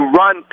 run